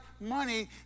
money